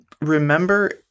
remember